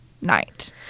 night